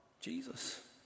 Jesus